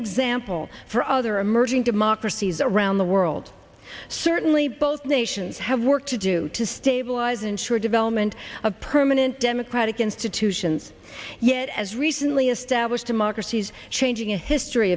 example for other emerging democracies around the world certainly both nations have work to do to stabilize ensure development of permanent democratic institutions yet as recently established democracies changing a history